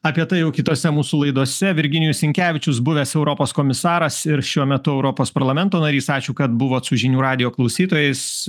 apie tai jau kitose mūsų laidose virginijus sinkevičius buvęs europos komisaras ir šiuo metu europos parlamento narys ačiū kad buvot su žinių radijo klausytojais